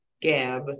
Gab